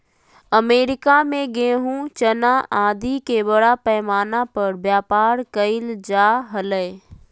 America में गेहूँ, चना आदि के बड़ा पैमाना पर व्यापार कइल जा हलय